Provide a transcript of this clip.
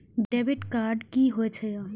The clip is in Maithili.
डैबिट कार्ड की होय छेय?